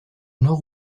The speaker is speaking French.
nord